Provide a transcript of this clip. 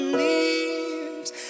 leaves